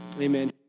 amen